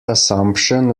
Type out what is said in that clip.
assumption